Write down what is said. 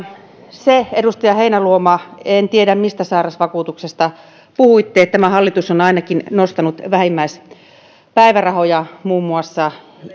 edustaja heinäluoma en tiedä mistä sairausvakuutuksesta puhuitte tämä hallitus on ainakin nostanut vähimmäispäivärahoja muun muassa